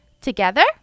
Together